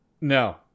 No